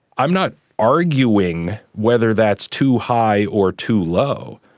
i'm not arguing whether that's too high or too low,